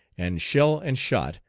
and shell and shot,